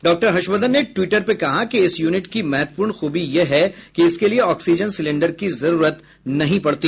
डॉ हर्षवर्धन ने ट्वीटर पर कहा कि इस यूनिट की महत्वपूर्ण खूबी यह है कि इसके लिए ऑक्सीजन सिलेंडर की जरूरत नहीं पड़ती